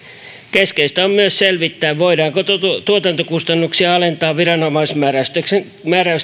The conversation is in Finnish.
keskeistä on myös selvittää voidaanko tuotantokustannuksia alentaa viranomaismääräysten